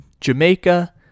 Jamaica